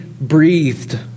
breathed